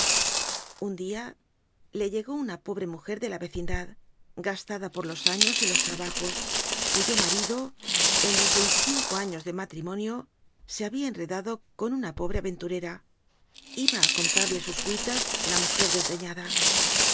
un día le llegó una pobre mujer de la ve cindad gastada por los años y los trabajos cuyo marido en los veinticinco años de ma i miguel de unamuno trimonio se había enredado con una pobre aventurera iba a contarle sus cuitas la mujer desdeñada